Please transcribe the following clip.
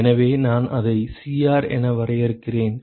எனவே நான் அதை Cr என வரையறுக்கிறேன்